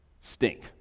stink